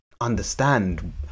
understand